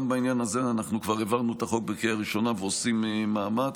גם בעניין הזה אנחנו כבר העברנו את החוק בקריאה ראשונה ועושים מאמץ.